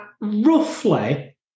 Roughly